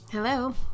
Hello